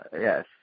yes